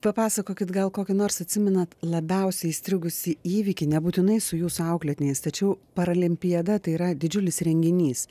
papasakokit gal kokį nors atsimenat labiausiai įstrigusį įvykį nebūtinai su jūsų auklėtiniais tačiau paralimpiada tai yra didžiulis renginys